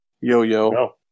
yo-yo